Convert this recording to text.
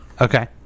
Okay